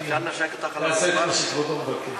אני אעשה את מה שכבודו מבקש.